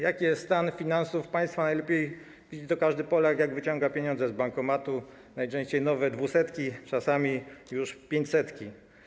Jaki jest stan finansów państwa, najlepiej widzi to każdy Polak, jak wyciąga pieniądze z bankomatu - najczęściej nowe dwusetki, czasami już pięćsetki.